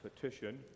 petition